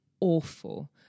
awful